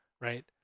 right